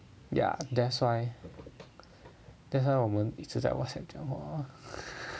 ya that's why that's why 我们一直在 Whatsapp 这样 lor